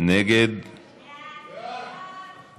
נחמן שי,